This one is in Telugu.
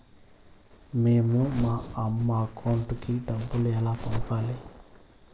మేము మా అమ్మ అకౌంట్ కి డబ్బులు ఎలా పంపాలి